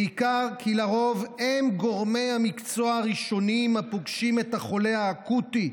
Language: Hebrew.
בעיקר כי לרוב הם גורמי המקצוע הראשונים הפוגשים את החולה האקוטי,